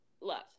love